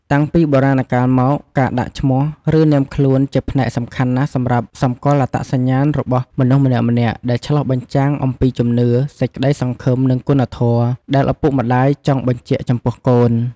តាំងពីបុរាណកាលមកការដាក់ឈ្មោះឬនាមខ្លួនជាផ្នែកសំខាន់ណាស់សម្រាប់សម្គាល់អត្តញ្ញាណរបស់មនុស្សម្នាក់ៗដែលឆ្លុះបញ្ជាំងអំពីជំនឿ សេចក្តីសង្ឃឹម និងគុណធម៌ ដែលឪពុកម្តាយចង់បញ្ជាក់ចំពោះកូន។